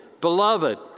beloved